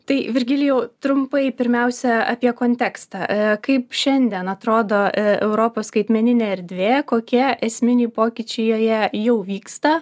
tai virgilijau trumpai pirmiausia apie kontekstą kaip šiandien atrodo europos skaitmeninė erdvė kokie esminiai pokyčiai joje jau vyksta